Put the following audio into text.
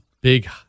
Big